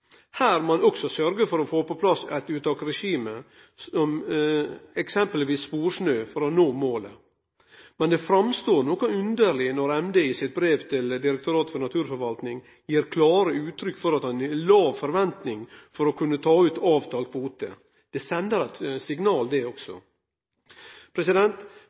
Her må ein også sørgje for å få på plass eit uttaksregime, eksempelvis sporsnø, for å nå målet. Men det framstår noko underleg når Miljøverndepartementet i sitt brev til Direktoratet for naturforvaltning gir klart uttrykk for at ein har låg forventning til å kunne ta ut den avtalte kvoten. Det sender eit signal det også.